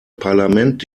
parlament